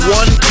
one